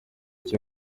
icyo